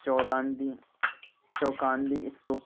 Chaukandi استوپ